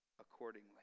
accordingly